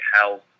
health